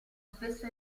spesso